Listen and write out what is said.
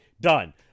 done